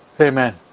Amen